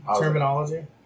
terminology